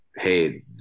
Hey